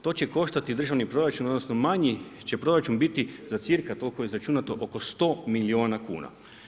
To će koštati državni proračun, odnosno manji će proračun biti za cirka, toliko je izračunato oko 100 milijuna kuna.